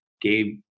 Gabe